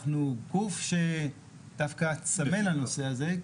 אנחנו גוף שדווקא צמא לנושא הזה,